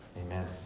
Amen